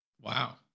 Wow